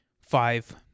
five